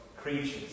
creatures